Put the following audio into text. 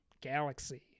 galaxy